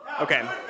Okay